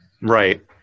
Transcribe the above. right